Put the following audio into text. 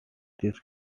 this